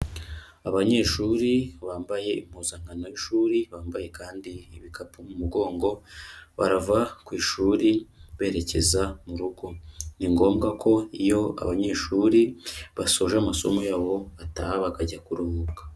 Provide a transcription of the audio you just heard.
Abanyeshuri bambaye impuzankano y'ishuri bambaye kandi ibikapu mu mugongo, barava ku ishuri berekeza mu rugo, ni ngombwa ko iyo abanyeshuri basoje amasomo yabo bataha bakajya kuruhuka.